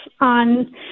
on